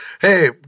hey